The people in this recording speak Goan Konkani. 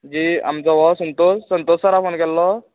जेई हो आमचो संतोश संतोश सराक फोन केल्लो